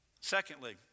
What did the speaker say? Secondly